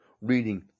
reading